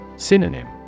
synonym